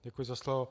Děkuji za slovo.